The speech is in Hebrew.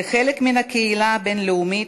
כחלק מהקהילה הבין-לאומית,